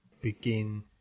begin